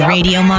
Radio